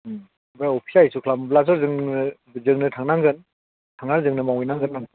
उम ओमफ्राय अफिसा इसु खालामब्लाथ' जोङो जोंनो थांनांगोन थांनानै जोंनो मावहैनांगोन नामा